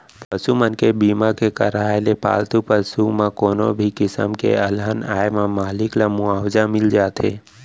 पसु मन के बीमा के करवाय ले पालतू पसु म कोनो भी किसम के अलहन आए म मालिक ल मुवाजा मिल जाथे